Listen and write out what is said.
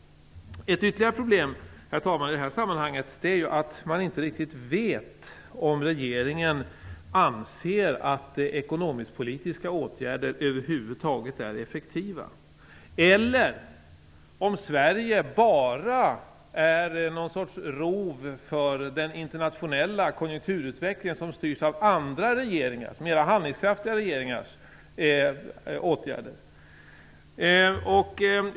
Ett ytterligare problem i det här sammanhanget är att man inte riktigt vet om regeringen anser att ekonomisk-politiska åtgärder är effektiva eller om Sverige bara är något sorts rov för den internationella konjunkturutveckling som styrs av andra mera handlingskraftiga regeringars åtgärder.